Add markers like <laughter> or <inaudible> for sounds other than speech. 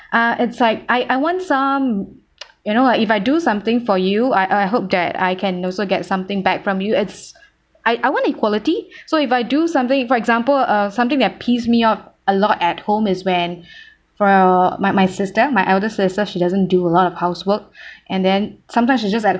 uh it's like I I want some <noise> you know like if I do something for you I I hope that I can also get something back from you it's I I want equality so if I do something for example uh something that pissed me off a lot at home is when from my my sister my elder sister she doesn't do a lot of housework and then sometimes she's just at